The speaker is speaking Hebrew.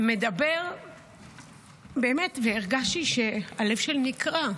מדבר והרגשתי שהלב שלי נקרע.